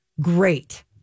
great